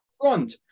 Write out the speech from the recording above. front